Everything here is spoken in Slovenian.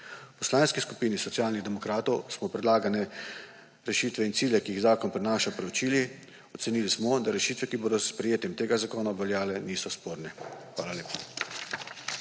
V Poslanski skupini Socialnih demokratov smo predlagane rešitve in cilje, ki jih zakon prinaša, preučili. Ocenili smo, da rešitve, ki bodo s sprejetjem tega zakona obveljale, niso sporne. Hvala lepa.